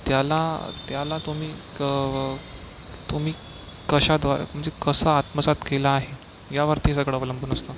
त्याला त्याला तुम्ही क् तुम्ही कशाद्वारे म्हणजे कसं आत्मसात केलं आहे यावरती सगळं अवलंबून असतं